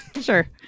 sure